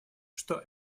что